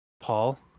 Paul